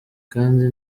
kandi